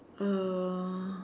uh